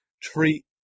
treat